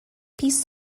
piece